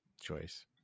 choice